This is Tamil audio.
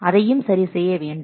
அதையும் சரி செய்ய வேண்டும்